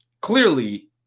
Clearly